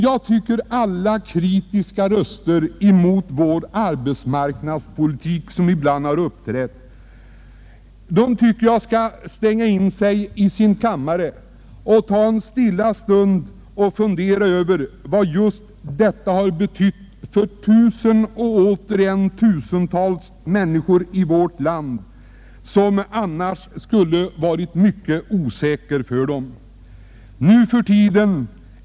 Jag tycker att alla som har höjt kritiska röster mot vår arbetsmarknadspolitik skall stänga in sig i sin kammare och under cn stilla stund fundera över vad just dessa åtgärder har betytt för tusentals människor i vårt land som annars skulle ha gått en mycket osäker framtid till mötes.